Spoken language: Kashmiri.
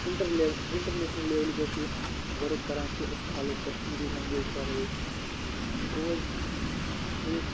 اِنٹَر لیٚو اِنٹَرنیشنَل لیولہِ پٮ۪ٹھ یہِ ؤرٕک کَران کہِ أسۍ کھالو کشمیٖری لنٛگویج کَرو أسۍ گوٚو حظ ییٚلہِ أسۍ